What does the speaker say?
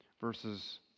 verses